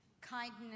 kindness